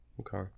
Okay